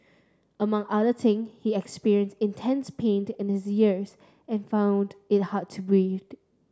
among other thing he experienced intense pained in his ears and found it hard to breathe